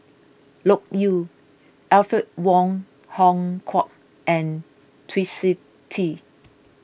Loke Yew Alfred Wong Hong Kwok and Twisstii